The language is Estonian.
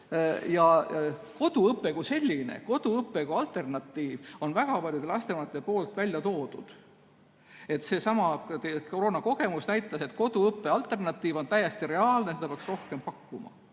Koduõpe kui selline, koduõpe kui alternatiiv on väga paljude lastevanemate poolt välja toodud. Seesama koroonakogemus näitas, et koduõppe alternatiiv on täiesti reaalne ja seda peaks rohkem pakkuma.